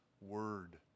word